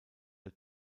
der